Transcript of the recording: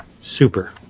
super